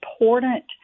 important